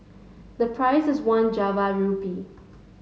the price was one Java rupee